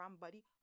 buddy